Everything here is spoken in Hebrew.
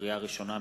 לקריאה ראשונה,